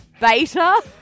Beta